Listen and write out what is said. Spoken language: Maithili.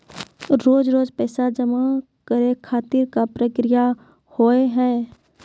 रोज रोज पैसा जमा करे खातिर का प्रक्रिया होव हेय?